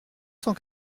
cent